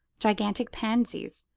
gigantic pansies,